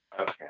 Okay